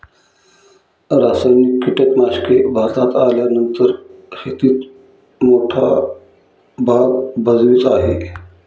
रासायनिक कीटनाशके भारतात आल्यानंतर शेतीत मोठा भाग भजवीत आहे